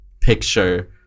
picture